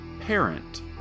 parent